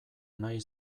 nahi